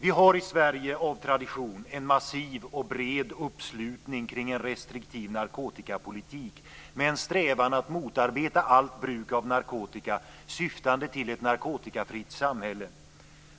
I Sverige har vi av tradition en massiv och bred uppslutning kring en restriktiv narkotikapolitik, med en strävan att motarbeta allt bruk av narkotika syftande till ett narkotikafritt samhälle.